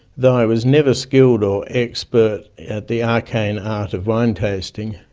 though i was never skilled or expert at the arcane art of wine tasting,